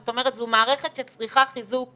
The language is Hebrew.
זאת אומרת זו מערכת שצריכה חיזוק ממילא.